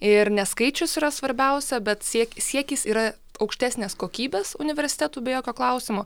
ir neskaičius yra svarbiausia bet siek siekis yra aukštesnės kokybės universitetų be jokio klausimo